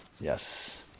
Yes